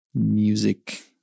music